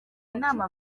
inama